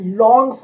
long